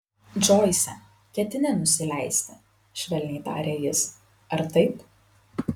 džoise ketini nusileisti švelniai tarė jis ar taip